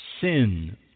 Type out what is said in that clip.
sin